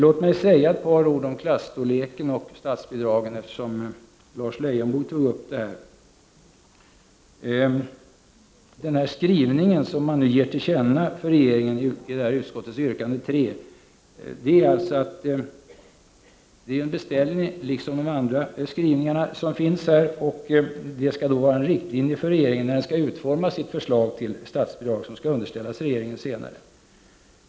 Låt mig säga några ord om klasstorleken och statsbidragen, eftersom Lars Leijonborg tog upp den frågan. Den skrivning som man nu ger regeringen till känna i utskottets hemställan, p. 3, innebär en beställning, liksom de andra skrivningarna i betänkandet, och skall alltså vara en riktlinje för regeringen när den skall utforma sitt förslag till statsbidrag, som sedan skall underställas riksdagen.